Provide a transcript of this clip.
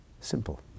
Simple